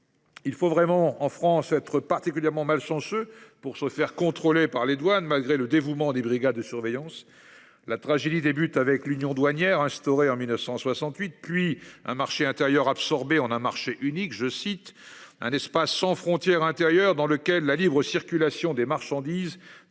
Il faut vraiment en France être particulièrement malchanceux pour se faire contrôler par les douanes malgré le dévouement des brigades de surveillance. La tragédie débute avec l'union douanière, instaurée en 1968, puis un marché intérieur absorbé, on a marché unique je cite un espace sans frontières intérieures dans lequel la libre circulation des marchandises,